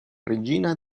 regina